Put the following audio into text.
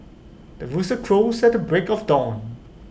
the rooster crows at the break of dawn